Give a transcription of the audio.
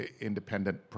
independent